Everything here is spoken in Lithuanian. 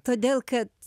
todėl kad